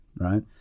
right